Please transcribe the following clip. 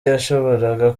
yashoboraga